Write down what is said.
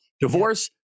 Divorce